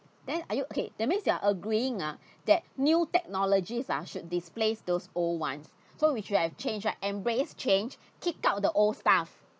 then are you okay that means you are agreeing ah that new technologies ah should displace those old ones so which should have change like embrace change kick out the old stuff